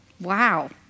Wow